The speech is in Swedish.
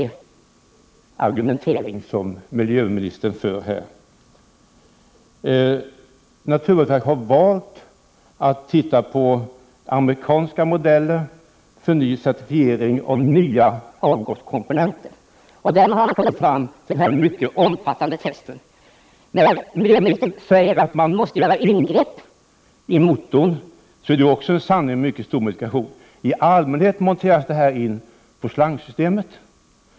Herr talman! Miljöministerns argumentering här är mycket märklig. Naturvårdsverket har valt att titta på amerikanska modeller när det gäller certifiering av nya avgaskomponenter. Därmed har man kommit fram till de här mycket omfattande testen. Miljöministern säger att man måste göra ingrepp i motorn. Men det är verkligen en sanning med modifikation. I allmänhet görs monteringen på slangsystemet.